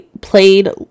played